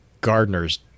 gardener's